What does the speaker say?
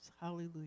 Hallelujah